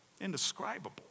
Indescribable